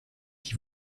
qui